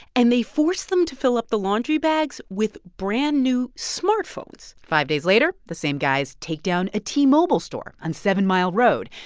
and they force them to fill up the laundry bags with brand-new smartphones five days later, the same guys take down a t-mobile store on seven mile road.